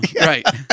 right